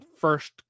first